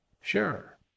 sure